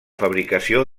fabricació